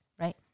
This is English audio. right